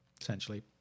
essentially